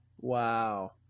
Wow